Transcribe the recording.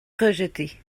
rejetés